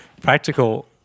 practical